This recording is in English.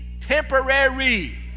temporary